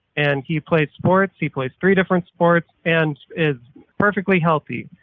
and he play sports he plays three different sports and is perfectly healthy.